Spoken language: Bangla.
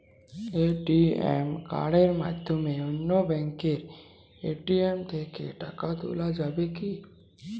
এ.টি.এম কার্ডের মাধ্যমে অন্য ব্যাঙ্কের এ.টি.এম থেকে টাকা তোলা যাবে কি?